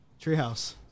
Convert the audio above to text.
Treehouse